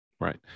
Right